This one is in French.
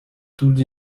toutes